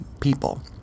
people